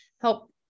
help